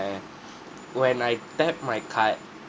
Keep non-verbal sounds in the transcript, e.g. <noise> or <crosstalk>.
<breath> when I tap my card